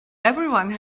everyone